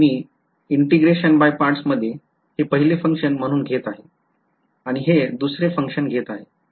me integration by parts मध्ये हे पहिले function म्हणून घेत आहे आणि हे दुसरे function घेत आहे